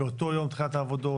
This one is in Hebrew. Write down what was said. באותו יום בתחילת העבודות,